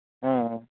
ᱦᱮᱸ